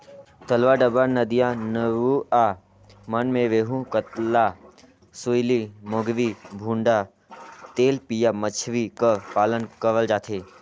तलवा डबरा, नदिया नरूवा मन में रेहू, कतला, सूइली, मोंगरी, भुंडा, तेलपिया मछरी कर पालन करल जाथे